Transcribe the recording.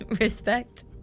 Respect